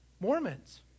Mormons